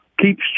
keeps